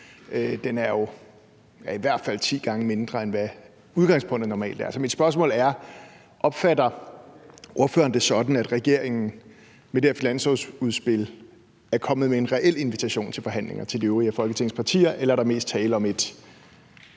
den er i hvert fald ti gange mindre, end hvad udgangspunktet normalt er. Så mit spørgsmål er: Opfatter ordføreren det sådan, at regeringen med det her finanslovsudspil er kommet med en reel invitation til forhandlinger til de øvrige af Folketingets partier, eller er der mest tale om et